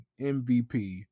MVP